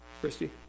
Christy